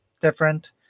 different